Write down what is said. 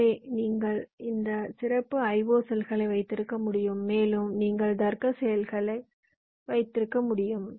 எனவே நீங்கள் இந்த சிறப்பு IO செல்களை வைத்திருக்க முடியும் மேலும் நீங்கள் தர்க்க செல்களை வைத்திருக்க முடியும்